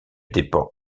dépend